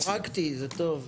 גם פרקטי, זה טוב.